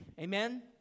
amen